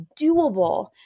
doable